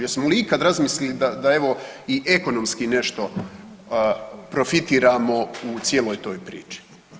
Jesmo li ikada razmislili da evo i ekonomski nešto profitiramo u cijeloj toj priči.